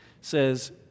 says